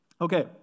Okay